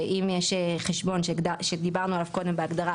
שאם יש חשבון שדיברנו עליו קודם בהגדרה,